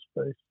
space